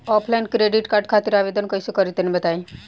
Offline credit card खातिर आवेदन कइसे करि तनि बताई?